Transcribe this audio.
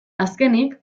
azkenik